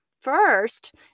first